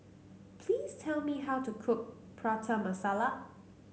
please tell me how to cook Prata Masala